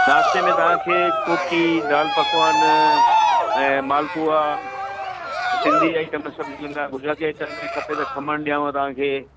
नाश्ते में तव्हांखे कोकी दालि पकवान ऐं मालपूआ सिंधी आइटम सभु मिलंदा गुजराती आइटम में खपे त खमण ॾियाव तव्हांखे